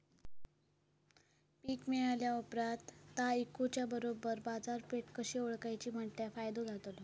पीक मिळाल्या ऑप्रात ता इकुच्या बरोबर बाजारपेठ कशी ओळखाची म्हटल्या फायदो जातलो?